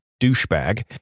douchebag